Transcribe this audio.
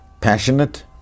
passionate